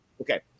okay